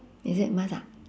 is it must ah